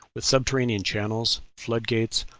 with subterranean channels, flood-gates,